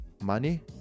money